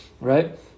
right